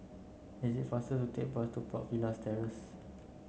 is it faster to take bus to Park Villas Terrace